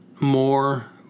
more